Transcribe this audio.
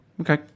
Okay